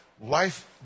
life